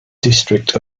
district